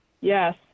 Yes